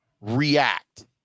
react